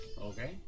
Okay